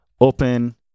open